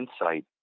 insight